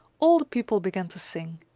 all the people began to sing.